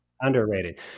Underrated